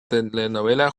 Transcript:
telenovela